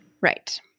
Right